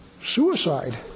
Suicide